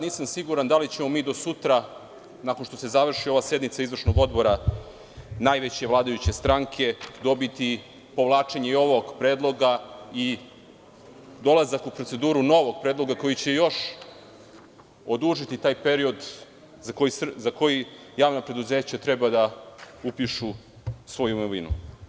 Nisam siguran da li ćemo mi do sutra, nakon što se završi ova sednica izvršnog odbora najveće vladajuće stranke, dobiti povlačenje i ovog predloga i dolazak u proceduru novog predloga koji će još odužiti taj period za koji javna preduzeća treba da upišu svoju imovinu?